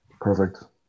Perfect